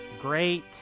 great